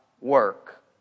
work